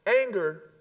Anger